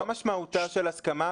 מה משמעותה של הסכמה,